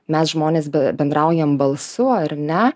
mes žmonės be bendraujam balsu ar ne